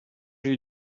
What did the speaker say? you